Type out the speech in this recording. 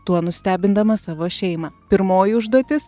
tuo nustebindama savo šeimą pirmoji užduotis